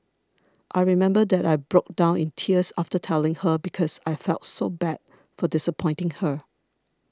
I remember that I broke down in tears after telling her because I felt so bad for disappointing her